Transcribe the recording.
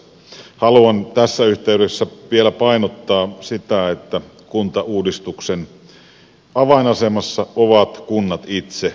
haluan tässä yhteydessä vielä painottaa sitä että kuntauudistuksen avainasemassa ovat kunnat itse